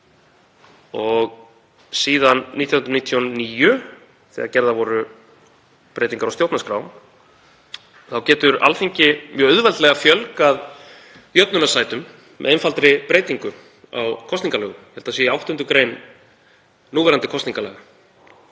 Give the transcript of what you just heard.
og síðan 1999 þegar gerðar voru breytingar á stjórnarskrá getur Alþingi mjög auðveldlega fjölgað jöfnunarsætum með einfaldri breytingu á kosningalögum, ég held að það sé í 8. gr. núgildandi kosningalaga.